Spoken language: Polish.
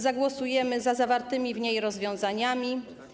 Zagłosujemy za zawartymi w niej rozwiązaniami.